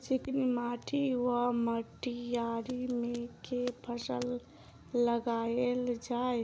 चिकनी माटि वा मटीयारी मे केँ फसल लगाएल जाए?